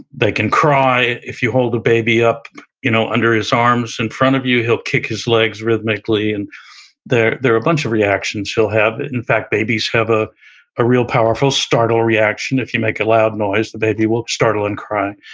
they can cry. if you hold the baby up you know under his arms in front of you, he'll kick his legs rhythmically. and there there are a bunch of reactions he'll have. in fact, babies have ah a real powerful startle reaction. if you make a loud noise, the baby will startle and cry.